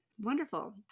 Wonderful